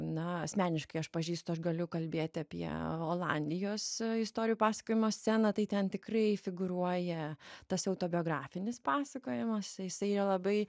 na asmeniškai aš pažįstu aš galiu kalbėti apie olandijos istorijų pasakojimo sceną tai ten tikrai figūruoja tas autobiografinis pasakojamas jisai yra labai